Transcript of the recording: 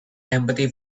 empathy